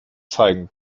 zeigen